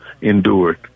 endured